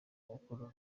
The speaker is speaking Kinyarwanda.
mukuru